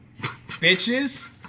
Bitches